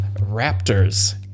raptors